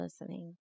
listening